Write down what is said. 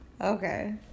Okay